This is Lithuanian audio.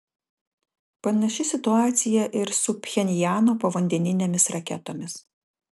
panaši situacija ir su pchenjano povandeninėmis raketomis